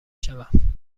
شوم